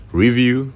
review